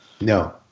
No